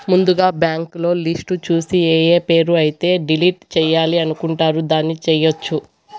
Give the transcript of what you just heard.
ముందుగా బ్యాంకులో లిస్టు చూసి ఏఏ పేరు అయితే డిలీట్ చేయాలి అనుకుంటారు దాన్ని చేయొచ్చు